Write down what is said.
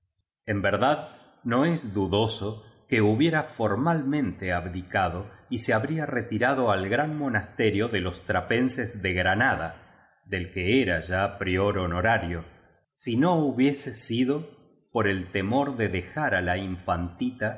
en verdad no es dudoso que hubiera formalmente abdicado y se habría retirado al gran monasterio de los tr apenses de granada del que era ya prior honorario si no hubiese sido por el temor de dejar á la